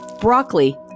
broccoli